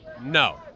No